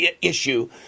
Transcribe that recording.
issue